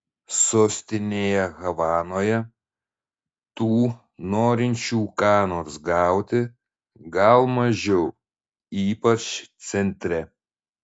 sostinėje havanoje tų norinčių ką nors gauti gal mažiau ypač centre